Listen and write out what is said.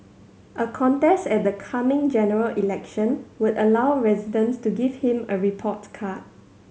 a contest at the coming General Election would allow residents to give him a report card